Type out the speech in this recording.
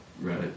Right